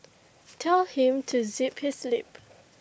tell him to zip his lip